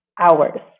hours